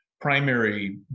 primary